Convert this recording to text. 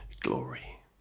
glory